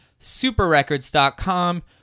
superrecords.com